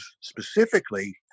specifically